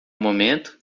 momento